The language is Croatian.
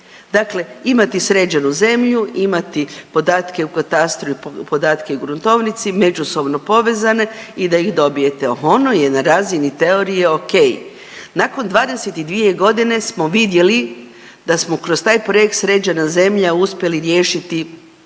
Dakle imati sređenu zemlju, imati podatke u katastru i podatke u gruntovnici međusobno povezane i da ih dobijete. Ono je na razini teorije okej. Nakon 22 godine smo vidjeli da smo kroz taj projekt Sređena zemlja uspjeli riješiti